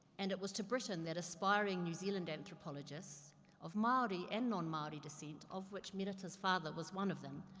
and it was to britain that aspiring new zealand anthropologists of maori and non-maori descent, of which merata's father was one of them,